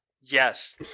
Yes